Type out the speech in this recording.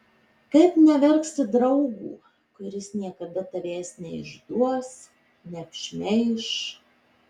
kaip neverksi draugo kuris niekada tavęs neišduos neapšmeiš